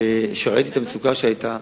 כשראיתי את המצוקה שהיתה,